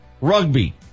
rugby